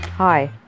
Hi